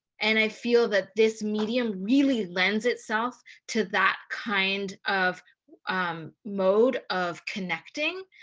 and i feel that this medium really lends itself to that kind of um mode of connecting.